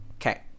okay